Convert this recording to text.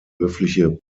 höfliche